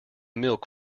milk